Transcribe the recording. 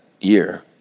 year